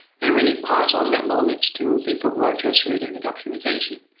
and really pass on that knowledge to people who are just reading the documentation.